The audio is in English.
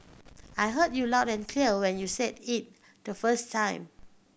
I heard you loud and clear when you said it the first time